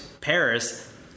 Paris